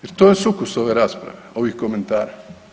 Jer to je sukus ove rasprave, ovih komentara.